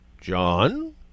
John